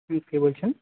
হুম কে বলছেন